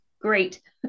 Great